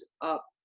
up